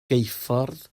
geuffordd